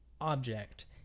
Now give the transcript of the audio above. object